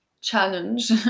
challenge